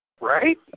Right